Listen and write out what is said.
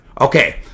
Okay